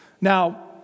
Now